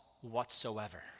whatsoever